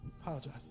Apologize